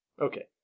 Okay